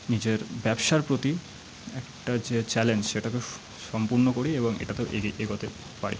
নিজের ব্যবসার প্রতি একটা যে চ্যালেঞ্জ সেটাকে সম্পূর্ণ করি এবং এটাতেও এগোতে পারি